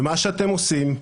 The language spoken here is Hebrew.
במה שאתם עושים,